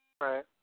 right